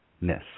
Miss